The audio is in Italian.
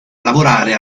lavorare